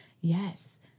yes